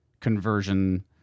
conversion